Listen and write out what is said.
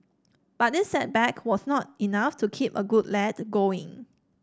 but this setback was not enough to keep a good lad going